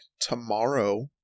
tomorrow